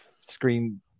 screen